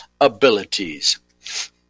abilities